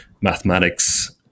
mathematics